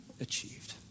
achieved